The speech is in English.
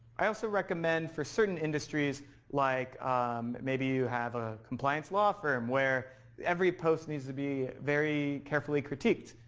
i also recommend, for certain industries like maybe you have a compliance law from where every post needs to be very carefully critiqued.